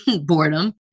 boredom